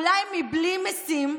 אולי מבלי משים,